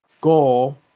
goal